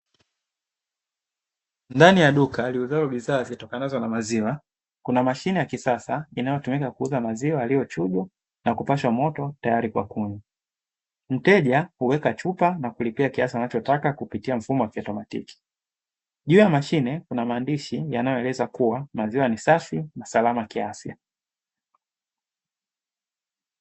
Ndani ya duka liuzalo bidhaa zitokanazo na maziwa, kuna mashine ya kisasa inayotumika kuuza maziwa yaliyochujwa na kupashwa moto tayari kwa kunywa. Mteja huweka chupa na kulipia kiasi anachotaka kupitia mfumo wa kiautomatiki. Juu ya mashine kuna maandishi yanayoeleza kuwa maziwa ni safi na salama kiafya.